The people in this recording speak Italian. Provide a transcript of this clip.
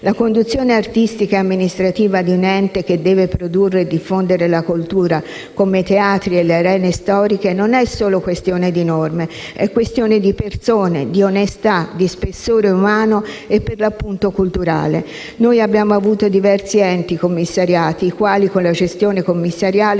La conduzione artistica e amministrativa di un ente che deve produrre e diffondere la cultura come i teatri e le arene storiche non è solo questione di norme ma di persone, di onestà, di spessore umano e, per l'appunto, culturale. Noi abbiamo avuto diversi enti commissariati i quali, con la gestione commissariale,